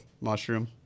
mushroom